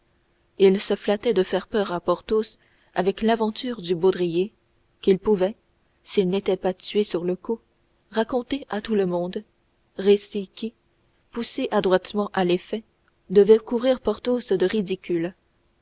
il se flattait de faire peur à porthos avec l'aventure du baudrier qu'il pouvait s'il n'était pas tué sur le coup raconter à tout le monde récit qui poussé adroitement à l'effet devait couvrir porthos de ridicule